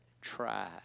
try